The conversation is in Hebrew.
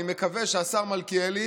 אני מקווה שהשר מלכיאלי